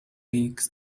leagues